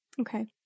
okay